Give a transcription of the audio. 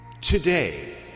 Today